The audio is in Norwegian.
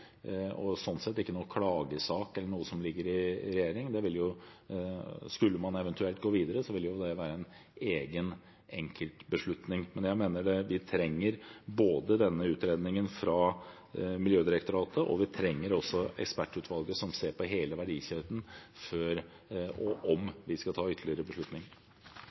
og sånn sett ikke noen klagesak eller noe som ligger i regjeringen. Skulle man eventuelt gå videre, ville det være en egen enkeltbeslutning. Men jeg mener vi trenger denne utredningen fra Miljødirektoratet, og vi trenger også ekspertutvalget som ser på hele verdikjeden før og om vi skal ta ytterligere